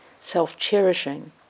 self-cherishing